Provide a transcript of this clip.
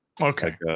Okay